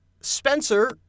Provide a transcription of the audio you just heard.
Spencer